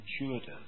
intuitive